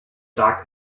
dug